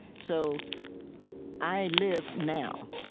so i live now.